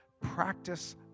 practice